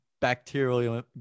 bacterial